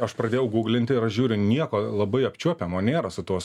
aš pradėjau guglinti ir aš žiūriu nieko labai apčiuopiamo nėra su tuo